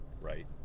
right